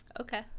okay